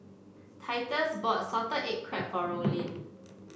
Titus bought Salted Egg Crab for Rollin